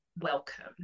welcome